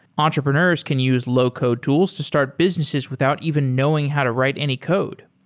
entrepreneurs can use low-code tools to start businesses without even knowing how to write any code.